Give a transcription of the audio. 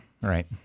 Right